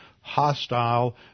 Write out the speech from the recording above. hostile